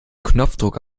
knopfdruck